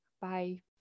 Bye